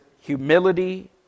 Humility